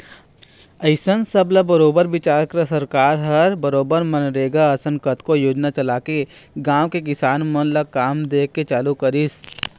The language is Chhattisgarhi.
अइसन सब ल बरोबर बिचार करत सरकार ह बरोबर मनरेगा असन कतको योजना चलाके गाँव के किसान मन ल काम दे के चालू करिस